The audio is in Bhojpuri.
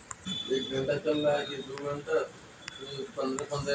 एकर तेल में तरकारी बना के खा त उहो फायदा करेला